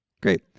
Great